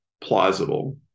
plausible